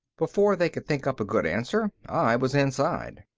before they could think up a good answer, i was inside.